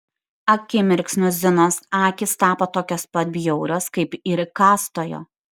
akimirksniu zinos akys tapo tokios pat bjaurios kaip ir įkąstojo